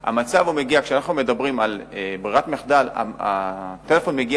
כשאנחנו מדברים על ברירת מחדל, הטלפון מגיע